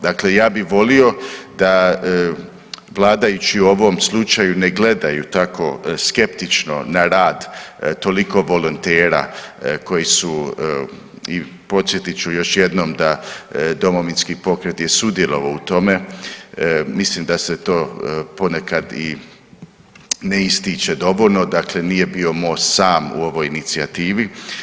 Dakle, ja bi volio da vladajući u ovom slučaju ne gledaju tako skeptično na rad toliko volontera koji su i podsjetit ću još jednom da Domovinski pokret je sudjelovao u tome, mislim da se to ponekad i ne ističe dovoljno, dakle nije bio Most sam u ovoj inicijativi.